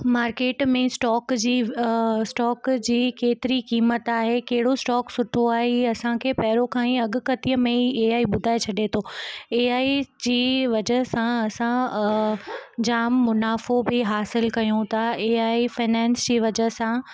market में stock जी stock जी केतिरी क़ीमत आहे कहिड़ो स्टॉक सुठो आहे हीउ असांखे पहिरियों खां ई अघु गथिअ में ई एआई ॿुधाए छॾे थो एआई जी वजह सां असां जाम मुनाफो बि हासिलु कयूं था एआई फाइनेंस जी वजह सां